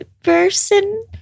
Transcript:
Person